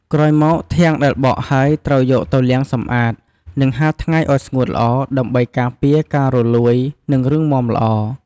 ក្រោយមកធាងដែលបកហើយត្រូវយកទៅលាងសម្អាត និងហាលថ្ងៃឲ្យស្ងួតល្អ ដើម្បីការពារការរលួយ និងរឹងមាំល្អ។